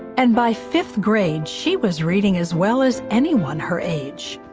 and by fifth grade she was reading as well as anyone her age.